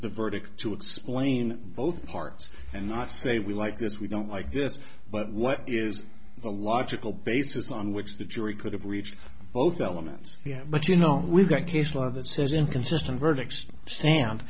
the verdict to explain both parts and not say we like this we don't like this but what is the logical basis on which the jury could have reached both elements but you know we've got case law that says inconsistent verdicts stand